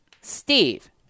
Steve